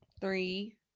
Three